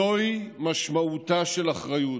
זוהי משמעותה של אחריות.